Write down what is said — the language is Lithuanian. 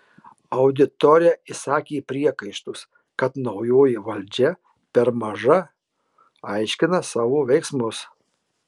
auditorija išsakė priekaištus kad naujoji valdžia per maža aiškina savo veiksmus